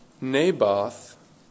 Naboth